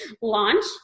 launch